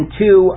two